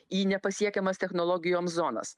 į nepasiekiamas technologijoms zonas